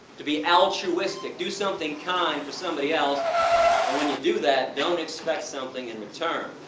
to be altruistic, do something kind for somebody else and when you do that, don't expect something in return.